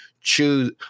choose